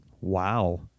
Wow